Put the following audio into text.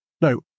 No